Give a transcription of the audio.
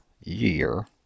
year